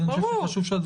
חשוב שהדברים האלה ייאמרו.